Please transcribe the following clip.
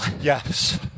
Yes